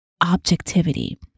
objectivity